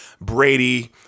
Brady